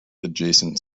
adjacent